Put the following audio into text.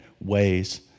ways